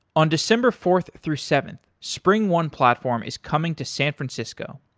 on december fourth through seventh, springone platform is coming to san francisco.